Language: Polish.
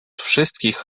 wszystkich